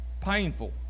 painful